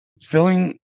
filling